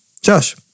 Josh